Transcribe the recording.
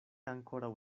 ankoraŭ